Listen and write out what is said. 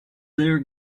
their